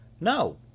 No